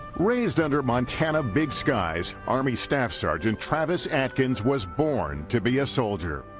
raised under montana big skies, army staff sergeant travis atkins was born to be a soldier.